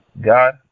God